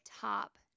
top